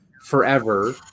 forever